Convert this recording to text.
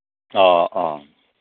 ꯑꯣ ꯑꯣ